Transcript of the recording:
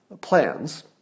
plans